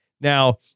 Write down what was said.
Now